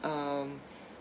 um